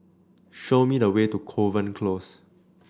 show me the way to Kovan Close